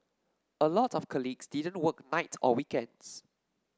a lot of colleagues didn't work nights or weekends